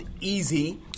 easy